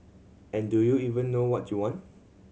and do you even know what you want